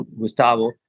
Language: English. Gustavo